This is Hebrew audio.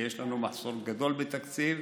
ויש לנו מחסור גדול בתקציב,